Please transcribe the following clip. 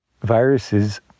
viruses